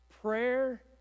prayer